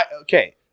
Okay